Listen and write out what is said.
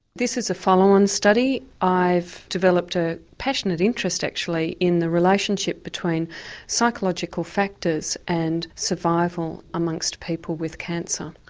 this is a follow-on study. i've developed a passionate interest actually in the relationship between psychological factors and survival amongst people with cancer.